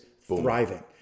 thriving